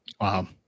Wow